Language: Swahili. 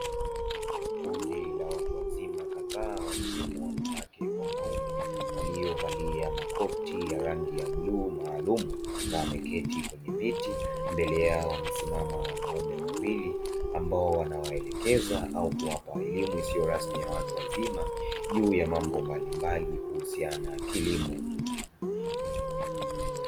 Kundi la watu kadhaa wakiwemo wanawake kwa wanaume, waliovalia makoti ya rangi ya bluu maalumu na wameketi kwenye viti, mbele yao wamesimama wanaume wawili ambao wanawaelekeza au kuwapa elimu isiyo rasmi ya watu wazima, juu ya mabo mbalimbali kuhusiana na kilimo.